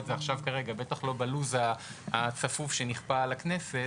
זה כרגע; בטח שלא בלו"ז הצפוף שנכפה על הכנסת.